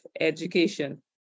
education